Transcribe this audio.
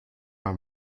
bei